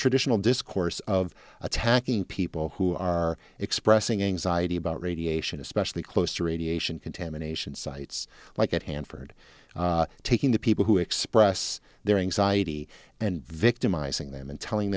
traditional discourse of attacking people who are expressing anxiety about radiation especially close to radiation contamination sites like at hanford taking the people who express their anxiety and victimizing them and telling